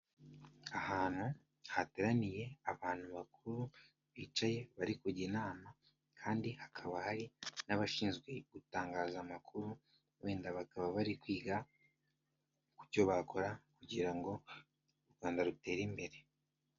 Ahantu hateraniye abantu bakuru, bicaye bari kujya inama kandi hakaba hari n'abashinzwe gutangaza amakuru, wenda bakaba bari kwiga ku cyo bakora kugira ngo u Rwanda rutere imbere.